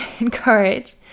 encourage